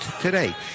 today